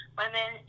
women